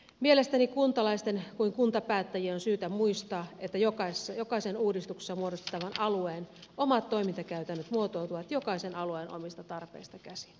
mielestäni niin kuntalaisten kuin kuntapäättäjien on syytä muistaa että jokaisen uudistuksessa muodostettavan alueen omat toimintakäytännöt muotoutuvat jokaisen alueen omista tarpeista käsin